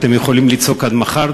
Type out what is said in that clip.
אתם יכולים לצעוק עד מחר,